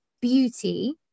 beauty